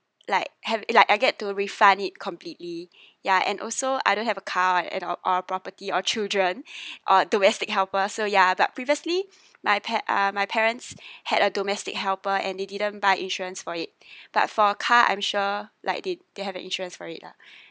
like have like I get to refund it completely yeah and also I don't have a car right and uh or property or children or domestic helper so ya but previously my pa~ uh my parents had a domestic helper and they didn't buy insurance for it but for car I'm sure like they they have an insurance for it lah